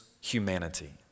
humanity